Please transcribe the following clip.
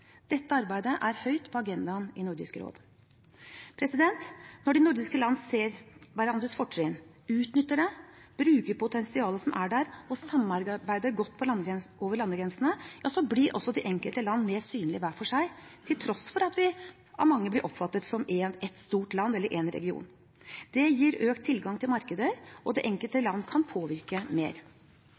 Dette arbeidet er høyt på agendaen i Nordisk råd. Når de nordiske land ser hverandres fortrinn, utnytter det og bruker potensialet som er der, og samarbeider godt over landegrensene, blir også de enkelte land mer synlige hver for seg, til tross for at vi av mange blir oppfattet som ett stort land eller én region. Det gir økt tilgang til markeder, og det enkelte land kan påvirke mer.